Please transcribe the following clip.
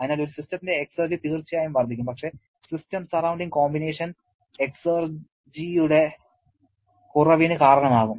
അതിനാൽ ഒരു സിസ്റ്റത്തിന്റെ എക്സർജി തീർച്ചയായും വർദ്ധിക്കും പക്ഷേ സിസ്റ്റം സറൌണ്ടിങ് കോമ്പിനേഷൻ എക്സർജിയുടെ കുറവിന് കാരണമാകും